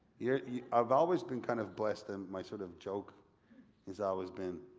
yeah yeah i've always been kind of blessed and my sort of joke has always been,